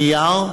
נייר,